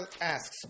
asks